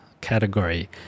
category